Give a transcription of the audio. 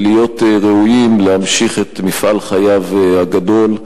ולהיות ראויים להמשיך את מפעל חייו הגדול.